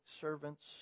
servants